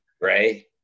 Right